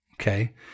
okay